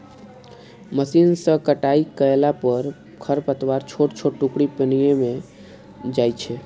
machine सं कटाइ कयला पर खरपतवारक छोट छोट टुकड़ी पानिये मे रहि जाइ छै